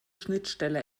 schnittstelle